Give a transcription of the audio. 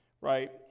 right